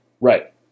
Right